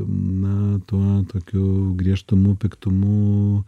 na tuo tokiu griežtumu piktumu